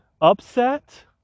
upset